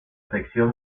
sección